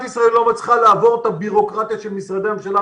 ישראל היא לא מצליחה לעבור את הבירוקרטיה של משרדי הממשלה,